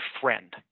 friend